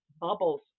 bubbles